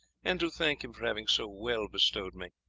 and to thank him for having so well bestowed me.